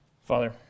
Father